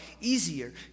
easier